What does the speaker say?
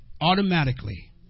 automatically